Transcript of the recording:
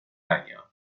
año